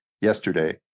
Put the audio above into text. Yesterday